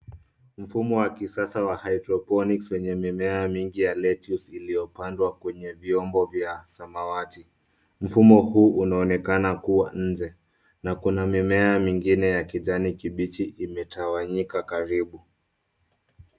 Mfumo wa kisasa wa hydroponics kwenye mimea mingi ya lettuce iliyopandwa kwenye vyombo vya samawati. Mfumo huu unaonekana kuwa nje na kuna mimea mingine ya kijani kibichi imetawanyika kwa karibu.